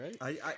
right